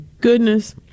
goodness